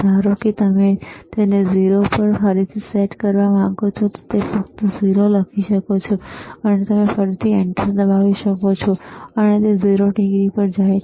ધારો કે તમે તેને 0 પર ફરીથી સેટ કરવા માંગો છો તો તમે ફક્ત 0 લખી શકો છો અને તમે ફરીથી એન્ટર દબાવી શકો છો અને તે 0 ડિગ્રી પર જાય છે